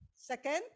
second